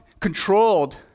controlled